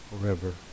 forever